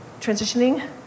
transitioning